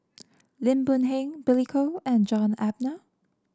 Lim Boon Heng Billy Koh and John Eber